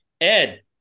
Ed